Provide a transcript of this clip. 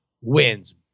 wins